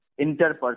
interpersonal